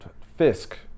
Fisk